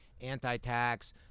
anti-tax